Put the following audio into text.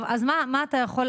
טוב, אז מה אתה יכול?